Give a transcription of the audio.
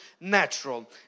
natural